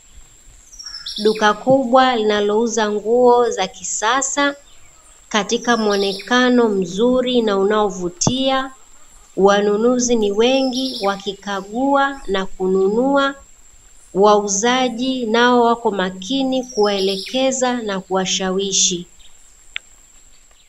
Duka kubwa linalouza nguo za kisasa, katika muonekano mzuri na uonaovutia. Wanunuzi ni wengi wakikagua na kununua, wauzaji nao wapo makini kuwaelekeza na kuwashawishi.